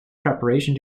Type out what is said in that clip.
preparation